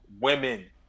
women